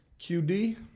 QD